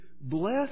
Bless